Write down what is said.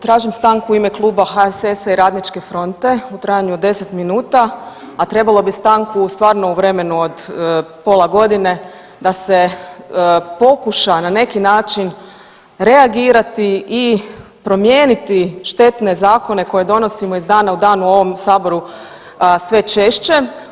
Tražim stanku u ime Kluba HSS-a i Radničke fronte u trajanju od 10 minuta, a trebalo bi stanku stvarno u vremenu od pola godine da se pokuša na neki način reagirati i promijeniti štetne zakone koje donosimo iz dana u dan u ovom saboru sve češće.